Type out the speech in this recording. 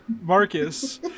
Marcus